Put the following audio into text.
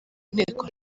nteko